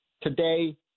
Today